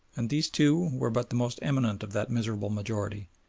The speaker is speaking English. and these two were but the most eminent of that miserable majority,